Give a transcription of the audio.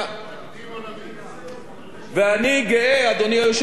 אדוני היושב-ראש, אני גאה שהיום אני ניצב כאן,